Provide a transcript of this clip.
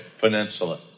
Peninsula